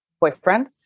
boyfriend